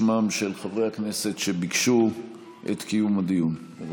הדברים בשמם של חברי הכנסת שביקשו את קיום הדיון.